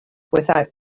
without